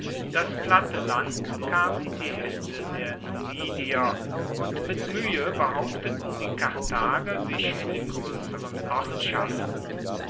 das platte land kam in die haende der numidier und mit muehe behaupteten die karthager sich in den groesseren ortschaften